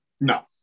No